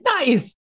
Nice